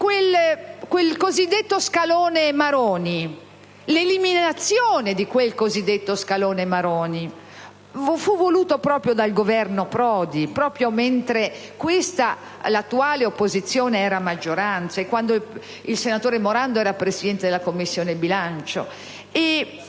dell'opposizione), che l'eliminazione di quel cosiddetto scalone Maroni fu voluta proprio dal Governo Prodi, proprio quando l'attuale opposizione era maggioranza, quando il senatore Morando era Presidente della Commissione bilancio.